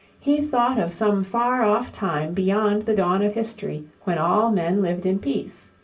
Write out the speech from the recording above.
he thought of some far-off time beyond the dawn of history when all men lived in peace.